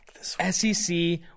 SEC